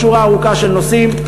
בעוד שורה ארוכה של נושאים.